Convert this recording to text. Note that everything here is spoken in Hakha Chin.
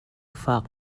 fak